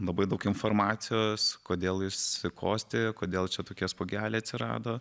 labai daug informacijos kodėl jis kosti kodėl čia tokie spuogeliai atsirado